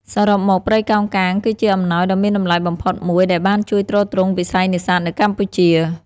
សរុបមក ព្រៃកោងកាងគឺជាអំណោយដ៏មានតម្លៃបំផុតមួយដែលបានជួយទ្រទ្រង់វិស័យនេសាទនៅកម្ពុជា។